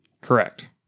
Correct